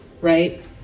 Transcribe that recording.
right